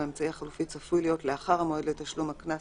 באמצעי החלופי צפוי להיות לאחר המועד לתשלום הקנס